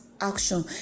action